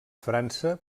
frança